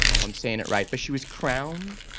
kind of i'm saying it right, but she was crowned?